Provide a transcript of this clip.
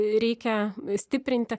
reikia stiprinti